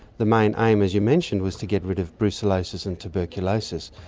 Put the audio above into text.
the main aim as you mentioned was to get rid of brucellosis and tuberculosis.